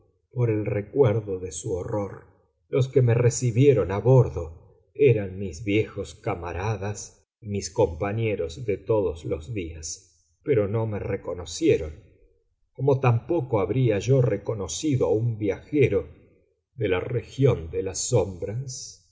por el recuerdo de su horror los que me recibieron a bordo eran mis viejos camaradas y mis compañeros de todos los días pero no me reconocieron como tampoco habría yo reconocido a un viajero de la región de las sombras